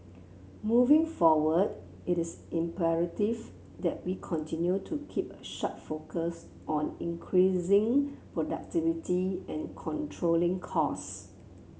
moving forward it is imperative that we continue to keep a sharp focus on increasing productivity and controlling costs